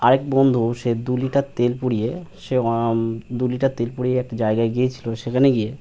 আরেক বন্ধু সে দু লিটার তেল পুড়িয়ে সে দু লিটার তেল পুড়িয়ে একটা জায়গায় গিয়েছিলো সেখানে গিয়ে